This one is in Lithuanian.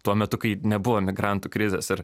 tuo metu kai nebuvo migrantų krizės ir